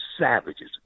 savages